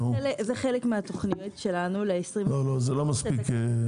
זה חלק מהתכניות שלנו ל --- לא, זה לא מספיק.